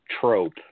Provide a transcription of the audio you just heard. trope